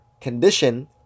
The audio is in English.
condition